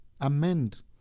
amend